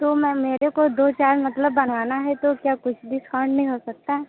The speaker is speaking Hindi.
तो मैं मेरे को दो चार मतलब बनवाना है तो क्या कुछ डिस्काउंट नहीं हो सकता